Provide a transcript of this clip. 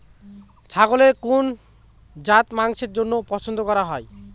ছাগলের কোন জাত মাংসের জন্য পছন্দ করা হয়?